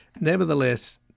Nevertheless